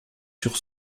sur